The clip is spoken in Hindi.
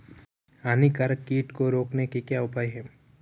हानिकारक कीट को रोकने के क्या उपाय हैं?